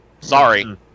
Sorry